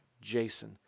Jason